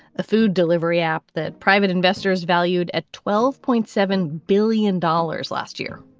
a food delivery app that private investors valued at twelve point seven billion dollars last year.